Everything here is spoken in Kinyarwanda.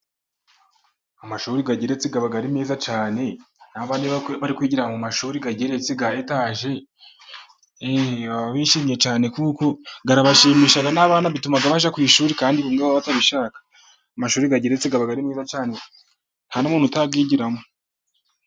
Amashuri ageretse aba ari meza cyane, n'abana iyo bari kwigira mu mashuri ageretse ya etaje, baba bishimye cyane kuko ashimisha n'abana bituma bajya ku ishuri kandi amashuri ageretse aba ari meza cyane nta n'umuntu utayigiramo.